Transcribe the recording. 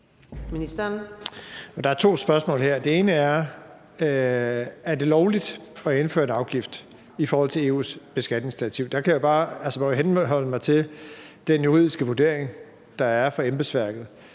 Der er to spørgsmål her. Det ene er, om det er lovligt at indføre en afgift i forhold til EU's beskatningsdirektiv. Der må jeg bare henholde mig til den juridiske vurdering, der er fra embedsværket.